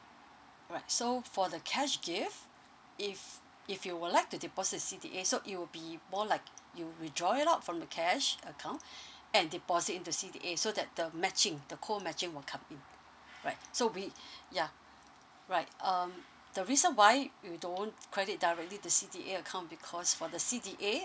alright so for the cash gift if if you will like to deposit in C_D_A so it will be more like you withdraw it out from the cash account and deposit into C_D_A so that the matching the co matching will come in right so we yeah right um the reason why we don't credit directly to C_D_A account because for the C_D_A